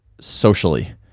socially